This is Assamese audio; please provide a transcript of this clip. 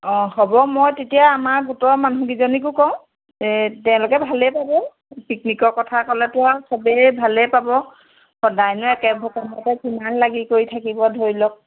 অ হ'ব মই তেতিয়া আমাৰ গোটৰ মানুহকেইজনীকো কওঁ এ তেওঁলোকে ভালেই পাব পিকনিকৰ কথা ক'লেতো আৰু সবেই ভালেই পাব সদায়নো একেবোৰ কামতে কিমান লাগি কৰি থাকিব ধৰি লওক